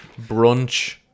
Brunch